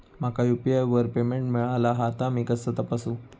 माका यू.पी.आय वर पेमेंट मिळाला हा ता मी कसा तपासू?